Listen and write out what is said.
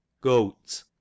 goat